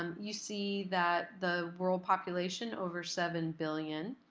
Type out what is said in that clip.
um you see that the world population, over seven billion,